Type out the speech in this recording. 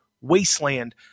wasteland